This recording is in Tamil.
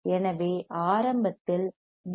எனவே ஆரம்பத்தில் டி